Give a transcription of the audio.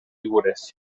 figures